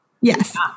Yes